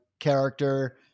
character